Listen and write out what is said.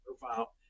profile